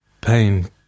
pain